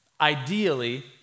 ideally